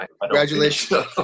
Congratulations